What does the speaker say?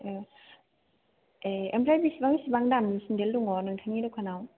अ ए ओमफ्राय बेसेबां बेसेबां दामनि सेन्देल दङ नोंथांनि दकानाव